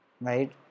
right